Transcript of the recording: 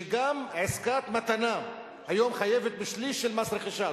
שגם עסקת מתנה היום חייבת בשליש של מס רכישה.